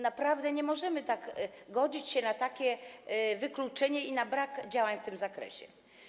Naprawdę nie możemy godzić się na takie wykluczenie i na brak działań w tym zakresie.